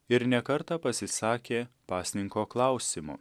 ir ne kartą pasisakė pasninko klausimu